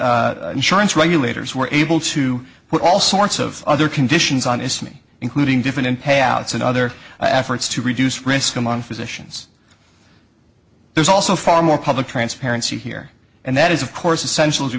insurance regulators were able to put all sorts of other conditions on its me including different payouts and other efforts to reduce risk among physicians there's also far more public transparency here and that is of course essential